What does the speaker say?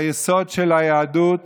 היסוד של היהדות